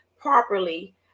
properly